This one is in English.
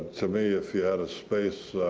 to me, if you had a space,